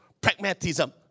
pragmatism